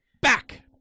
Back